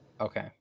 Okay